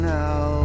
now